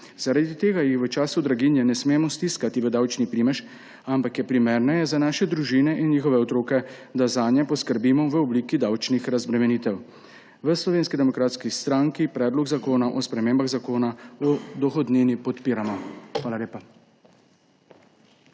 Zaradi tega jih v času draginje ne smemo stiskati v davčni primež, ampak je primerneje za naše družine in njihove otroke, da zanje poskrbimo v obliki davčnih razbremenitev. V Slovenski demokratski stranki Predlog zakona o spremembah Zakona o dohodnini podpiramo. Hvala lepa.